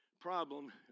problem